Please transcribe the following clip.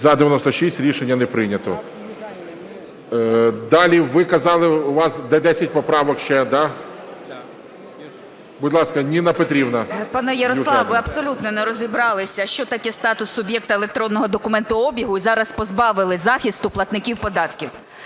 За-96 Рішення не прийнято. Далі. Ви казали у вас десять поправок ще, да? Будь ласка, Ніна Петрівна Южаніна. 15:47:54 ЮЖАНІНА Н.П. Пане Ярославе, ви абсолютно не розібралися, що таке статус суб'єкта електронного документообігу, і зараз позбавили захисту платників податків.